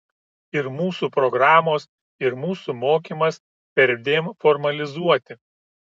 ir mūsų programos ir mūsų mokymas perdėm formalizuoti